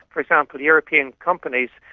for example european companies,